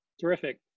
Terrific